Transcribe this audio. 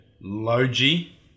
Logi